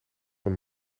een